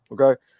Okay